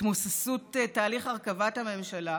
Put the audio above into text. התמוססות תהליך הרכבת הממשלה,